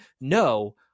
no